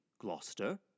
Gloucester